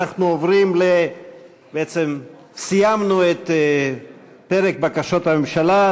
אנחנו סיימנו את פרק בקשות הממשלה,